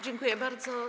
Dziękuję bardzo.